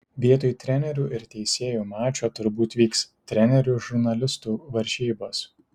vietoj trenerių ir teisėjų mačo turbūt vyks trenerių ir žurnalistų varžybos